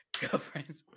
Girlfriends